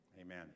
Amen